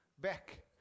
Back